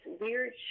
weird